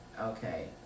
Okay